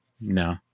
No